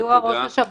תודה.